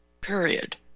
Period